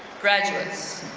graduates,